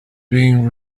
being